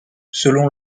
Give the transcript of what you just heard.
selon